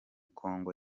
kongo